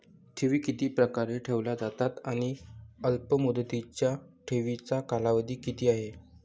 ठेवी किती प्रकारे ठेवल्या जातात आणि अल्पमुदतीच्या ठेवीचा कालावधी किती आहे?